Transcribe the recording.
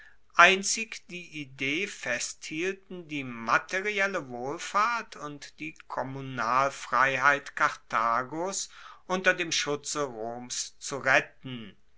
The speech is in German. einzig die idee festhielten die materielle wohlfahrt und die kommunalfreiheit karthagos unter dem schutze roms zu retten